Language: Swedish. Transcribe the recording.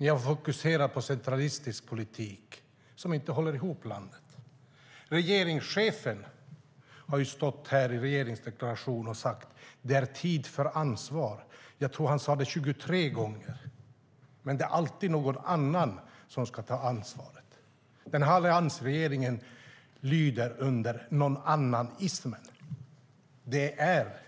Ni har fokuserat på centralistisk politik som inte håller ihop landet. När regeringschefen läste upp regeringsdeklarationen sade han att det är tid för ansvar. Jag tror att han sade det 23 gånger. Men det är alltid någon annan som ska ta ansvar. Alliansregeringen lyder under nånannanismen.